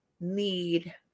need